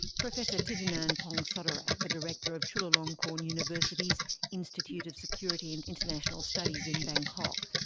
professor thitinan pongsudhirak, the director of chulalongkorn university's institute of security and international studies in bangkok.